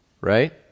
right